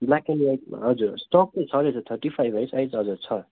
black and वाइटमा हजुर स्टकमा छ रहेछ हजुर थर्टी फाइभ है साइज हजुर छ